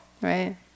right